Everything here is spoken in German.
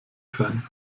sein